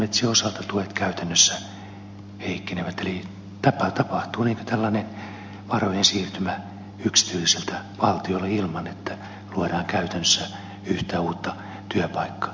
yksityismetsien osalta tuet käytännössä heikkenevät tapahtuu tällainen varojen siirtymä yksityisiltä valtiolle ilman että luodaan käytännössä yhtään uutta työpaikkaa